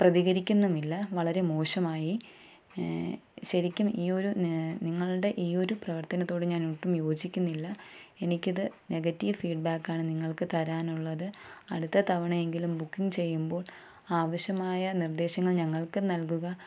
പ്രതികരിക്കുന്നുമില്ല വളരെ മോശമായി ശരിക്കും ഈ ഒരു നിങ്ങളുടെ ഈ ഒരു പ്രവർത്തനത്തോട് ഞാൻ ഒട്ടും യോജിക്കുന്നില്ല എനിക്കിത് നെഗറ്റീവ് ഫീഡ്ബാക്കാണ് നിങ്ങൾക്ക് തരാനുള്ളത് അടുത്ത തവണയെങ്കിലും ബുക്കിങ്ങ് ചെയ്യുമ്പോൾ ആവശ്യമായ നിർദ്ദേശങ്ങൾ ഞങ്ങൾക്കും നൽകുക